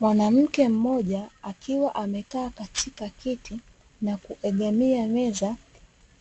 Mwanamke mmoja akiwa amekaa katika kiti na kuegemea meza,